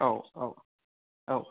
औ औ औ